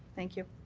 thank you.